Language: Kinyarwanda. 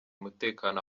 umutekano